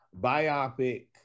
biopic